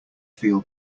feel